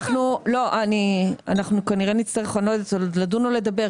אנחנו כנראה נצטרך לדון או לדבר.